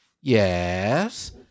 Yes